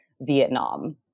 Vietnam